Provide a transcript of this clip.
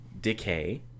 decay